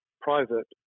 private